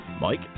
Mike